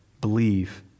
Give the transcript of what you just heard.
Believe